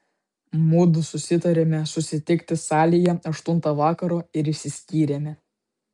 mudu susitarėme susitikti salėje aštuntą vakaro ir išsiskyrėme